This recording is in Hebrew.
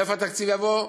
מאיפה התקציב יבוא?